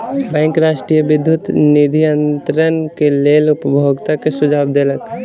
bank राष्ट्रीय विद्युत निधि अन्तरण के लेल उपभोगता के सुझाव देलक